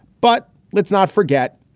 but let's not forget,